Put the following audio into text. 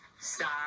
star